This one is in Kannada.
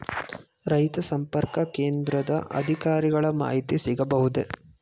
ರೈತ ಸಂಪರ್ಕ ಕೇಂದ್ರದ ಅಧಿಕಾರಿಗಳ ಮಾಹಿತಿ ಸಿಗಬಹುದೇ?